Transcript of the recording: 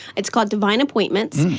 it's called divine appointments.